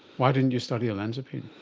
why didn't you study olanzapine?